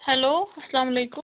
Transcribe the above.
hello اَسَلامُ علیکُم